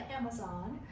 Amazon